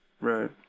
Right